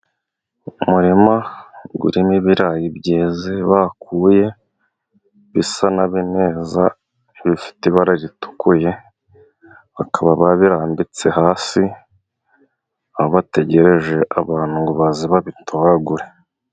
Umuri urimo ibirayi byeze bakuye bisa nibyeze, bifite ibara ritukuye bikaba birambitse hasi, bategereje abantu ngo bazaze babitoragure.